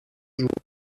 jour